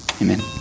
Amen